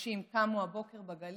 אנשים קמו הבוקר בגליל,